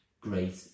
great